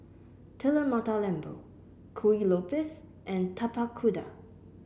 Telur Mata Lembu Kuih Lopes and Tapak Kuda